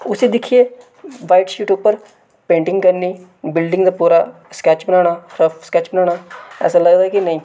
उस्सी दिक्खियै white sheet उप्पर पेंटिंग करनी बिल्डिंग दा पूरा स्कैच बनाना रफ्फ स्कैच बनाना ऐसा लगदा के नेईं